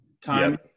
time